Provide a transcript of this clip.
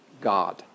God